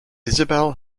isabel